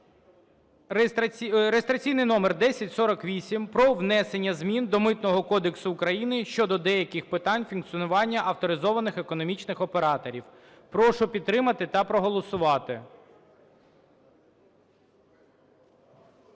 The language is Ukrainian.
(реєстраційний номер 1048) про внесення змін до Митного кодексу України щодо деяких питань функціонування авторизованих економічних операторів. Прошу підтримати та голосувати.